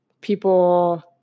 people